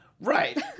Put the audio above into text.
Right